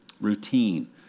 Routine